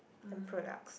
and products